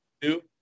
two